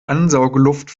ansaugluft